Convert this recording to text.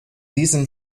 diesem